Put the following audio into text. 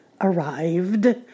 arrived